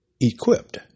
Equipped